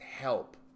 help